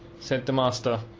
said the master.